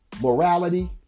Morality